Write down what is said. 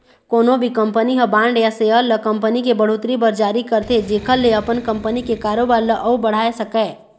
कोनो भी कंपनी ह बांड या सेयर ल कंपनी के बड़होत्तरी बर जारी करथे जेखर ले अपन कंपनी के कारोबार ल अउ बढ़ाय सकय